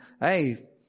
hey